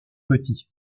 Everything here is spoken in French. petits